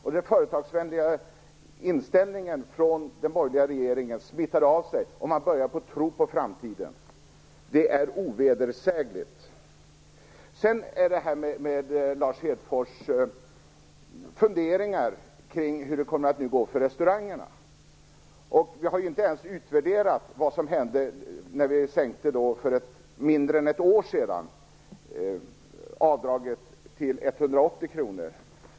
och den borgerliga regeringens företagarvänliga inställning smittade av sig, och man började tro på framtiden. Det är ovedersägligt. Lars Hedfors funderar på hur det nu kommer att gå för restaurangerna. Vi har ju inte ens utvärderat vad som hände när vi för mindre än ett år sedan sänkte avdraget till 180 kr.